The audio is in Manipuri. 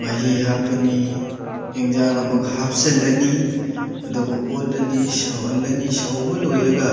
ꯃꯍꯤ ꯍꯥꯞꯄꯅꯤ ꯏꯟꯖꯥꯡ ꯑꯃꯨꯛ ꯍꯥꯞꯆꯜꯂꯅꯤ ꯑꯗꯨꯒ ꯑꯣꯠꯂꯅꯤ ꯁꯧꯍꯜꯂꯅꯤ ꯁꯧꯕ ꯂꯣꯏꯔꯒ